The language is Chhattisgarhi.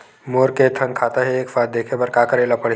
मोर के थन खाता हे एक साथ देखे बार का करेला पढ़ही?